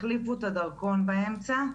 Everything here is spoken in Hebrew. החליפו את הדרכון באמצע,